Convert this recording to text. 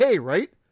right